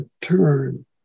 turn